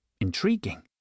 Intriguing